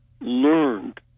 learned